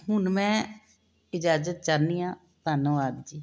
ਹੁਣ ਮੈਂ ਇਜਾਜਤ ਚਾਨੀ ਆ ਧੰਨਵਾਦ ਜੀ